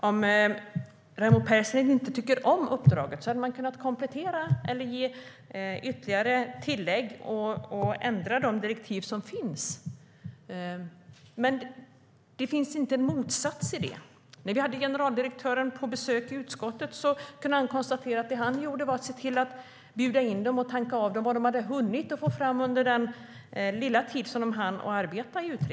Om Raimo Pärssinen inte tycker om uppdraget kan man komplettera eller ge tilläggsdirektiv, det vill säga ändra de direktiv som finns. Men det finns inte en motsats. När generaldirektören var på besök i utskottet konstaterade han att det han gjorde var att se till att bjuda in representanter för den tidigare utredningen och tanka av dem vad de hade hunnit få fram under den lilla tid som de hann arbeta.